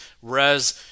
Whereas